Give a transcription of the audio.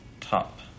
Top